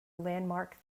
landmark